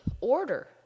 order